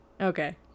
Okay